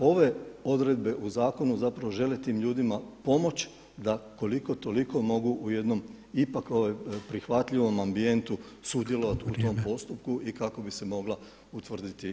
Ove odredbe u zakonu žele tim ljudima pomoći da koliko toliko mogu u jednom ipak prihvatljivom ambijentu sudjelovati u tom postupku i kako bi se mogla utvrditi istina.